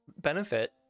benefit